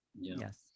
yes